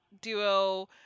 duo